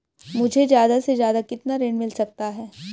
मुझे ज्यादा से ज्यादा कितना ऋण मिल सकता है?